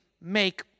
make